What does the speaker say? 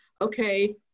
okay